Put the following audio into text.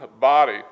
body